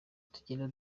tugenda